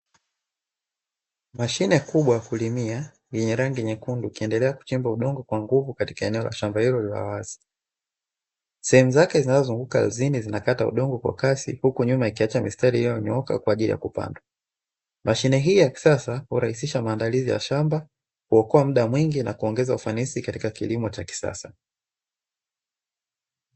Mashine kubwa ya kulimia yenye rangi nyekundu ikiendelea kuchimba udongo kwa nguvu katika eneo la shamba hilo la wazi. Sehemu zake zinazozunguka ardhini zinakata udongo kwa kasi, huku nyuma ikiacha mistari iliyonyooka kwa ajili ya kupandwa. Mashine hii ya kisasa hurahisisha maandalizi ya shamba, huokoa muda mwingi na kuongeza ufanisi katika kilimo cha kisasa.